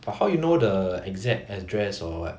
but how you know the exact address or what